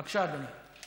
בבקשה, אדוני.